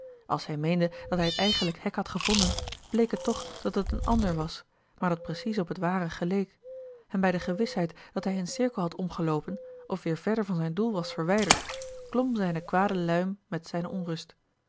als hij meende dat hij het eigenlijk hek had gevonden bleek het toch dat het een ander was maar dat precies op het ware geleek en bij de gewisheid dat hij in cirkel had omgeloopen of weêr verder van zijn doel was verwijderd klom zijne kwade luim met zijne onrust